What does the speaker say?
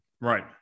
Right